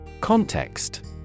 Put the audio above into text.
Context